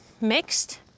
mixed